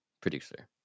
producer